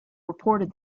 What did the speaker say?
reported